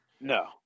No